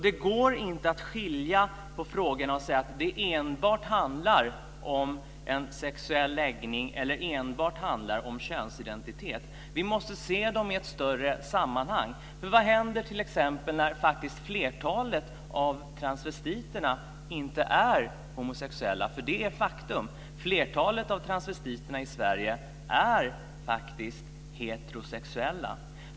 Det går inte att skilja på frågorna och säga att det enbart handlar om sexuell läggning eller enbart handlar om könsidentitet. Vi måste se dem i ett större sammanhang. Vad händer t.ex. när flertalet av transvestiterna inte är homosexuella? Det är ett faktum. Flertalet av transvestiterna i Sverige är faktiskt heterosexuella.